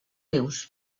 rius